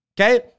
okay